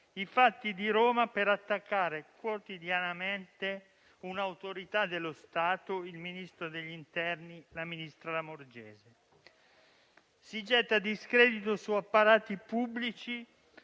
i fatti di Roma per attaccare quotidianamente un'autorità dello Stato, la ministra dell'interno Lamorgese. Si getta discredito su apparati pubblici